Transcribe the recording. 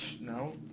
no